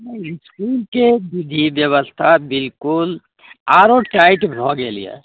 नहि इसकुलके विधि बेबस्था बिलकुल आओर टाइट भऽ गेल अइ